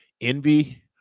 envy